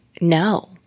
No